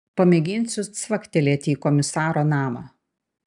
pamėginsiu cvaktelėti į komisaro namą